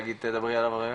תדברי עליו רגע.